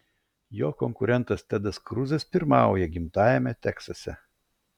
jo konkurentas tedas kruzas pirmauja gimtajame teksase